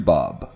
Bob